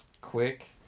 quick